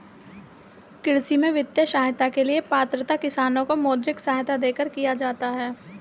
कृषि में वित्तीय सहायता के लिए पात्रता किसानों को मौद्रिक सहायता देकर किया जाता है